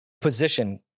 position